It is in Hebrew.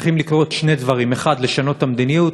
צריכים לקרות שני דברים: 1. לשנות את המדיניות,